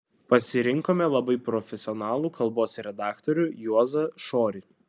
pasirinkome labai profesionalų kalbos redaktorių juozą šorį